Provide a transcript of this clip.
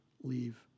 leave